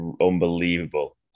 unbelievable